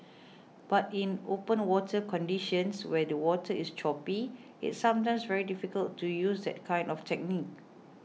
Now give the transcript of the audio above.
but in open water conditions where the water is choppy it's sometimes very difficult to use that kind of technique